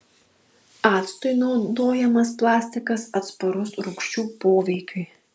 actui naudojamas plastikas atsparus rūgščių poveikiui